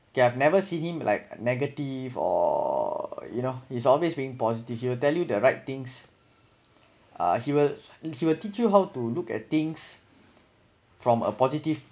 okay I have never see him like negative or you know it's always being positive he will tell you the right things uh he will he will teach you how to look at things from a positive